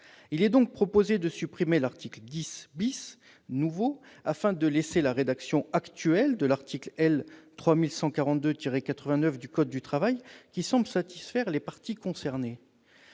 Il est donc proposé de supprimer l'article 10 , afin de conserver la rédaction actuelle de l'article L. 3142-89 du code du travail qui semble satisfaire les parties concernées.